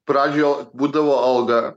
pradžioje būdavo algą